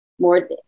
more